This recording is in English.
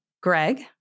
Greg